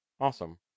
Awesome